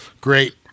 Great